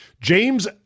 James